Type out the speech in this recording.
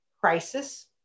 crisis